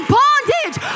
bondage